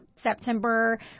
September